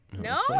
No